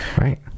right